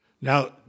Now